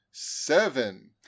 Seven